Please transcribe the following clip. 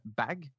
bag